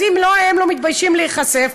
אז אם הם לא מתביישים להיחשף,